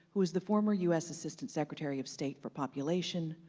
who is the former u s. assistant secretary of state for population,